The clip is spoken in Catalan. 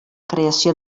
creació